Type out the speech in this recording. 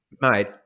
Mate